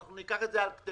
אנחנו ניקח את זה על כתפנו.